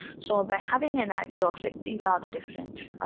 so by having an idea of like these are the different